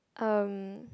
um